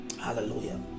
Hallelujah